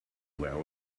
were